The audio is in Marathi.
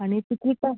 आणि किती तास